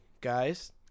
guys